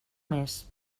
més